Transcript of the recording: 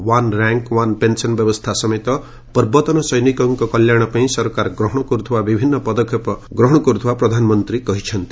one rank one pension ବ୍ୟବସ୍ଥା ସମେତ ପୂର୍ବତନ ସୈନିକଙ୍କ କଲ୍ୟାଣ ପାଇଁ ସରକାର ଗ୍ରହଣ କରୁଥିବା ବିଭିନ୍ନ ପଦକ୍ଷେପ ଗ୍ରହଣ କରୁଥିବା ପ୍ରଧାନମନ୍ତ୍ରୀ କହିଛନ୍ତି